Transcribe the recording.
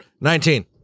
nineteen